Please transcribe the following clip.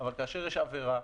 אבל כאשר יש עבירה,